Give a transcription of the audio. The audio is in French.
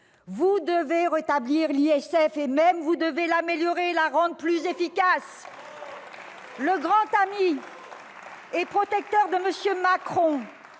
Vous devez rétablir l'ISF, vous devez même l'améliorer et le rendre plus efficace ! Le grand ami et protecteur de M. Macron,